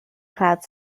cloud